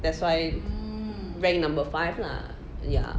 that's why rank number five lah ya